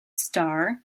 star